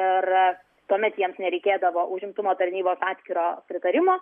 ir tuomet jiems nereikėdavo užimtumo tarnybos atskiro pritarimo